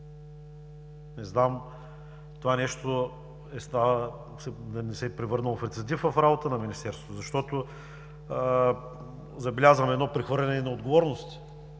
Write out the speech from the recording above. Не знам това нещо да не се е превърнало в рецидив в работата на Министерството, защото забелязвам едно прехвърляне на отговорности